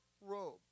robe